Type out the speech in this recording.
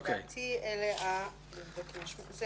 לדעתי אלה הנתונים.